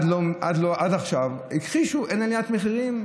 עד עכשיו הכחישו: אין עליית מחירים,